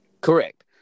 Correct